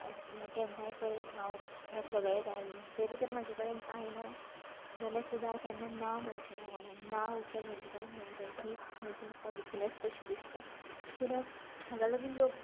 केन्नाय पळय हांव सगळ्यांंक वय तरीय पूण म्हजे कडेन जायना सुद्दां हांव ना म्हणचेंं ना कोणाक ना तर म्हज्यान म्हणूंक जायना ही विकनस कशी दिसता कित्याक हाका लागून लोक